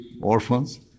orphans